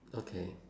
okay